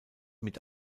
mit